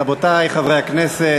רבותי חברי הכנסת,